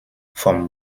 vom